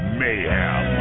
mayhem